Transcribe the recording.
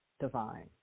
divine